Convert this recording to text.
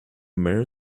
mare